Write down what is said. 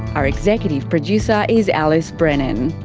our executive producer is alice brennan.